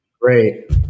Great